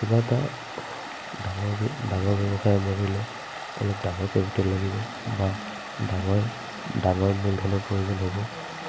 কিবা এটা ডাঙৰকৈ ডাঙৰ ব্যৱসায় আৰম্ভ কৰিলে অলপ ডাঙৰ কেপিটেল লাগিব বা ডাঙৰ ডাঙৰ মূলধনৰ প্ৰয়োজন হ'ব